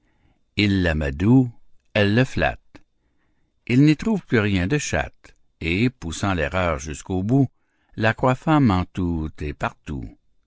il l'amadoue elle le flatte il n'y trouve plus rien de chatte et poussant l'erreur jusqu'au bout la croit femme en tout et partout